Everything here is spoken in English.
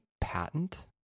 patent